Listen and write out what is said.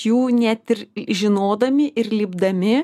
jų net ir žinodami ir lipdami